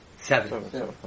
Seven